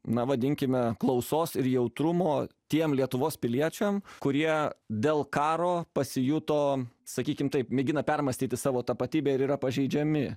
na vadinkime klausos ir jautrumo tiem lietuvos piliečiam kurie dėl karo pasijuto sakykim taip mėgina permąstyti savo tapatybę ir yra pažeidžiami